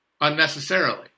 unnecessarily